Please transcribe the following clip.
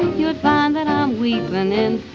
you'd find that i'm weepin' and